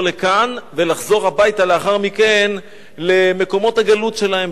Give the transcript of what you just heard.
לכאן ולחזור הביתה לאחר מכן למקומות הגלות שלהם.